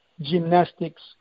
gymnastics